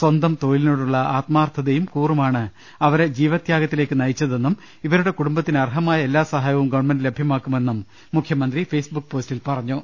സ്വന്തം തൊഴിലി നോടുള്ള ആത്മാർത്ഥതയും കൂറുമാണ് അവരെ ജീവത്യാഗത്തിലേക്ക് നയി ച്ചതെന്നും ഇവരുടെ കുടുംബത്തിന് അർഹമായ എല്ലാ സഹായവും ഗവൺമെന്റ് ലഭ്യമാക്കുമെന്നും മുഖ്യമന്ത്രി ഫെയ്സ്ബുക്ക് പോസ്റ്റിൽ പറഞ്ഞു